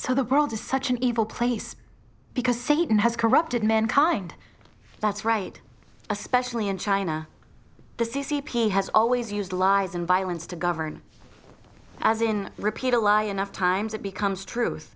so the world is such an evil place because satan has corrupted men kind that's right especially in china the c c p has always used lies and violence to govern as in repeat a lie enough times it becomes truth